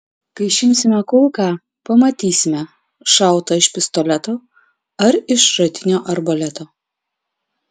kai išimsime kulką pamatysime šauta iš pistoleto ar iš šratinio arbaleto